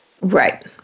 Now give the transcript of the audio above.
Right